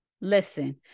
Listen